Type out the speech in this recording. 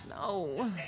No